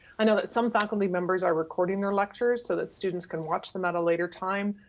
i know that some faculty members are recording their lectures so that students can watch them at a later time.